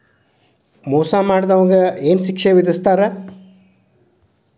ಮೋಸಾ ಮಾಡಿದವ್ಗ ಏನ್ ಶಿಕ್ಷೆ ವಿಧಸ್ತಾರ?